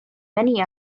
many